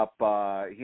up